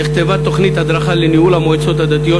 נכתבה תוכנית הדרכה לניהול המועצות הדתיות,